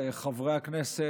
חברי הכנסת,